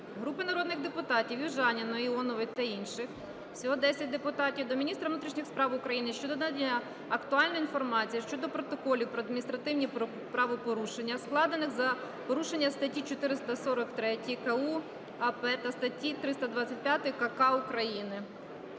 Групи народних депутатів (Южаніної, Іонової та інших. Всього 10 депутатів) до міністра внутрішніх справ України щодо надання актуальної інформації щодо протоколів про адміністративні правопорушення, складених за порушення статті 443 КУпАП та статті 325 КК України.